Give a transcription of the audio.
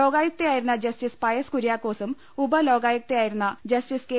ലോകായുക്തയായിരുന്ന justice Pius കുര്യാക്കോസും ഉപ ലോ കാ യു ക്ത യാ യി രു ന്ന ജസ്റ്റിസ് കെ